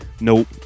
Nope